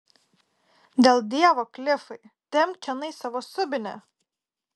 dėl dievo klifai tempk čionai savo subinę